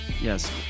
Yes